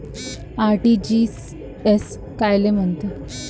RTGS कायले म्हनते?